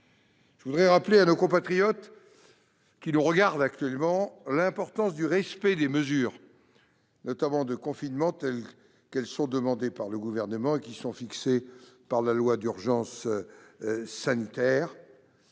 Je voudrais rappeler à nos compatriotes qui suivent nos débats l'importance du respect des mesures de confinement telles que demandées par le Gouvernement et qui sont fixées par la loi d'urgence sanitaire.